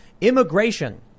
Immigration